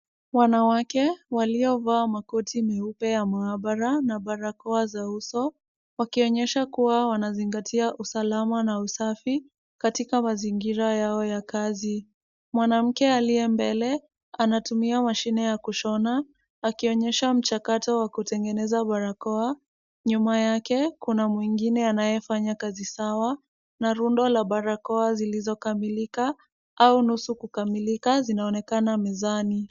Wanawake waliovaa makoti meupe ya maabara na barakoa za uso wakionyesha kuwa wanazingatia usalama na usafi katika mazingira yao ya kazi. Mwanamke aliye mbele anatumia mashine ya kushona akionyesha mchakato wa kutengeneza barakoa. Nyuma yake kuna mwingine anayefanya kazi sawa na rundo la barakoa zilizo kamilika au nusu kukamilika zinaonekana mezani.